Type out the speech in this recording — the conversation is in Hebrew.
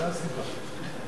זו הסיבה.